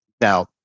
Now